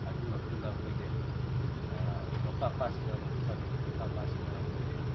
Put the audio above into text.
ꯑꯗꯨ ꯃꯇꯨꯡꯗ ꯑꯩꯈꯣꯏꯒꯤ ꯂꯣꯛꯇꯥꯛ ꯄꯥꯠꯁꯤꯗ ꯑꯃꯨꯛ ꯆꯪꯉꯦ ꯂꯣꯛꯇꯥꯛ ꯄꯥꯠꯁꯤꯗ ꯑꯩꯈꯣꯏꯒꯤ